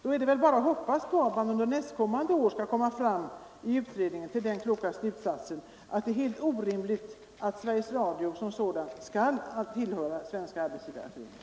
Då är det väl bara att hoppas att utredningen nästa år skall komma fram till den kloka slutsatsen att det är helt orimligt att Sveriges Radio tillhör SAF. 7”